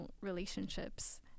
relationships